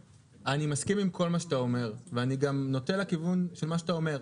אני מסכים עם כל מה שאתה אומר ואני גם נוטה לכיוון של מה שאתה אומר.